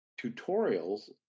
tutorials